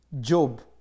Job